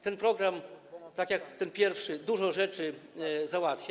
Ten program, tak jak ten pierwszy, dużo rzeczy załatwia.